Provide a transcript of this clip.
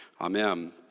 Amen